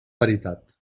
veritat